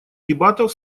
дебатов